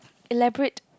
elaborate